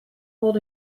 hold